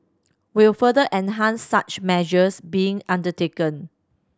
will further enhance such measures being undertaken